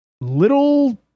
little